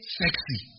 sexy